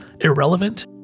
irrelevant